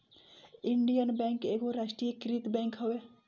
Indian Bank एगो राष्ट्रीयकृत bank हवे